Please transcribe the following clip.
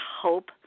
hope